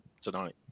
tonight